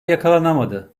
yakalanamadı